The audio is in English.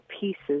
pieces